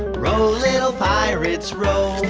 row little pirates. row,